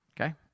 Okay